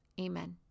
Amen